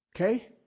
Okay